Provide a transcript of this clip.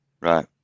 Right